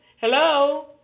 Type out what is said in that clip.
hello